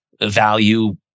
value